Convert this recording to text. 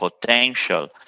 potential